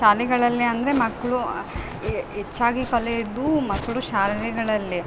ಶಾಲೆಗಳಲ್ಲಿ ಅಂದರೆ ಮಕ್ಕಳು ಹೆಚ್ಚಾಗಿ ಕಲ್ಯೊದು ಮಕ್ಕಳು ಶಾಲೆಗಳಲ್ಲಿ